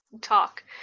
talk